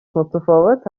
متفاوت